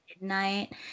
midnight